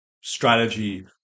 strategy